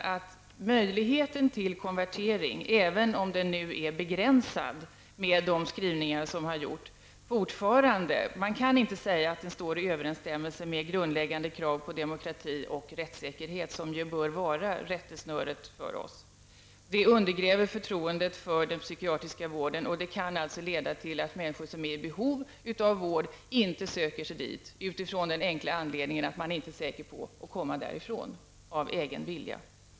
Möjligheten till konvertering -- även om den är begränsad genom de skrivningar som har gjorts -- står fortfarande inte i överensstämmelse med grundläggande krav på demokrati och rättssäkerhet, som bör vara rättesnöret för oss. Det undergräver förtroendet för den psykiatriska vården och kan leda till att människor som är i behov av vård inte söker sig till vård, av den enkla anledningen att de inte är säkra på att komma ifrån den av egen vilja.